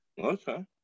Okay